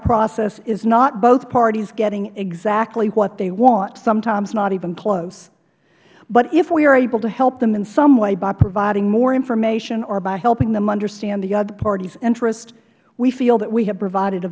process is not both parties getting exactly what they want sometimes not even close but if we are able to help them in some way by providing more information or by helping them understand the other party's interest we feel that we have provided a